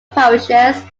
parishes